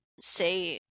say